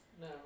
no